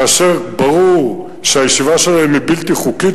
כאשר ברור שהישיבה שלהם שם היא בלתי חוקית,